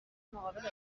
مقابل